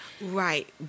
Right